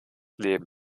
leben